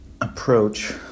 approach